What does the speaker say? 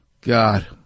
God